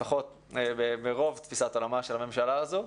לפחות ברוב תפיסת עולמה של הממשלה הזו.